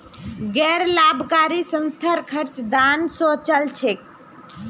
गैर लाभकारी संस्थार खर्च दान स चल छेक